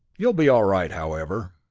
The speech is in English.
you'll be all right, however.